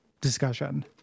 discussion